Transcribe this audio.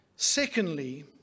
Secondly